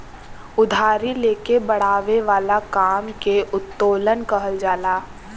उधारी ले के बड़ावे वाला काम के उत्तोलन कहल जाला